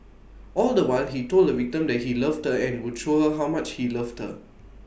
all the while he told the victim that he loved her and would show her how much he loved her